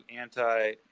anti